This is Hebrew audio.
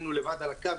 אם אנחנו לבד על הקו,